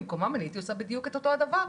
במקומם אני הייתי עושה בדיוק את אותו דבר.